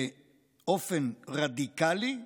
באופן רדיקלי,